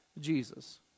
Jesus